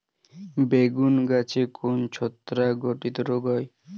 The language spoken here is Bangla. বেগুন গাছে কোন ছত্রাক ঘটিত রোগ হয়?